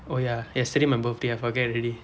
oh ya yesterday my birthday I forget already